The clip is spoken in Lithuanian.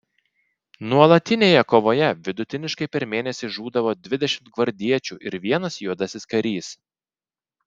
nuolatinėje kovoje vidutiniškai per mėnesį žūdavo dvidešimt gvardiečių ir vienas juodasis karys